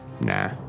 Nah